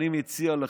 אני מציע לכם,